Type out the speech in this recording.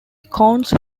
cones